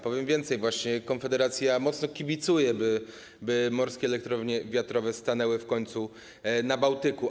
Powiem więcej, Konfederacja mocno kibicuje, by morskie elektrownie wiatrowe stanęły w końcu na Bałtyku.